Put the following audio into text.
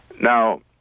Now